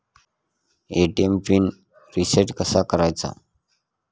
ATM pin reset कसा करायचा?